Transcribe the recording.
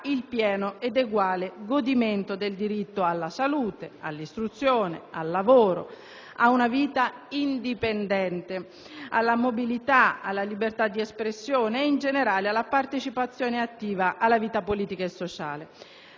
il pieno e uguale godimento del diritto alla salute, all'istruzione, al lavoro, ad una vita indipendente, alla mobilità, alla libertà di espressione e, in generale, alla partecipazione attiva alla vita politica e sociale.